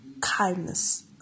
kindness